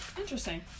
interesting